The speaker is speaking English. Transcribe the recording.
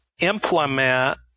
implement